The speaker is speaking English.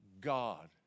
God